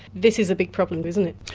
this is a big problem, isn't it.